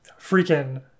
freaking